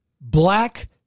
black